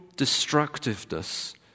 destructiveness